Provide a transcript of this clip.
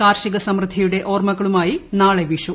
കാർഷിക സമൃദ്ധിയുടെ ഓർമ്മകളുമായി നാളെ വിഷു